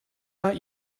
not